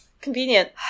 convenient